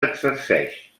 exerceix